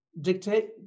dictate